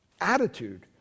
attitude